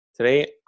Today